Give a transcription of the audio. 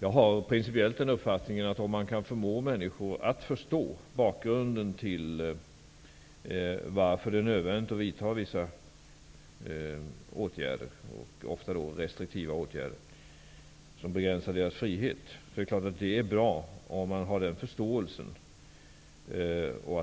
Jag har principiellt den uppfattningen, att om man kan få människor att förstå bakgrunden till varför det är nödvändigt att vidta vissa åtgärder, och då ofta restriktiva åtgärder som begränsar deras frihet, är det bra.